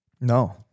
No